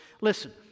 Listen